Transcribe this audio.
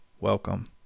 welcome